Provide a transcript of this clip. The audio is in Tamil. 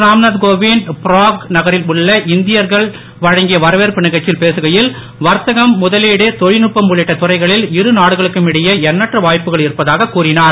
ராம்நாத் கோவிந்த் பிராக் நகரில் உள்ள இந்தியர்கள் வழங்கிய வரவேற்பு நிகழ்ச்சியில் பேககையில் வர்த்தகம் முதலீடு தொழில்நுட்பம் உள்ளிட்ட துறைகளில் இருநாடுகளுக்கும் இடையே எண்ணற்ற வாய்ப்புகள் இருப்பதாக கூறினார்